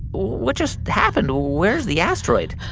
what just happened? where's the asteroid?